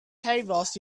cables